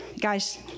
Guys